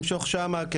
למשוך שם,